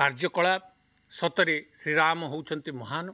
କାର୍ଯ୍ୟକଳାପ ସତରେ ଶ୍ରୀରାମ ହଉଛନ୍ତି ମହାନ